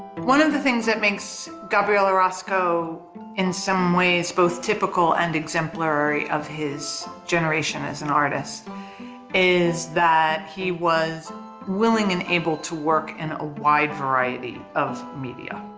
one of the things that makes gabriel orozco in some ways both typical and exemplary of his generation as an artist is that he was willing and able to work in a wide variety of media.